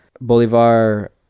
Bolivar